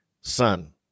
son